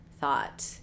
thought